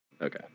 Okay